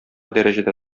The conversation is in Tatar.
дәрәҗәдә